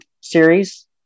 series